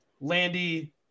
Landy